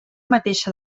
mateixa